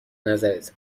نظرت